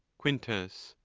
quintus.